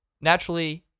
naturally